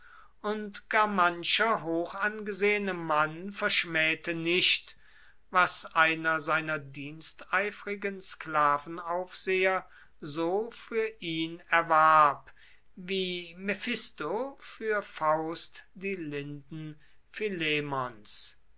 und gar mancher hochangesehene mann verschmähte nicht was einer seiner diensteifrigen sklavenaufseher so für ihn erwarb wie mephisto für faust die linden